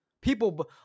People